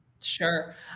Sure